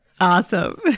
Awesome